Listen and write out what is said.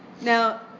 Now